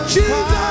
Jesus